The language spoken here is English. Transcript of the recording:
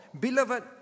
Beloved